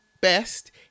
best